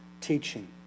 teaching